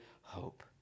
hope